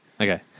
Okay